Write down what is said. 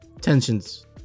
tensions